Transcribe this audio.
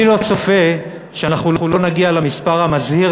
אני לא צופה שאנחנו לא נגיע למספר המזהיר